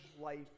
life